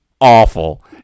awful